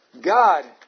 God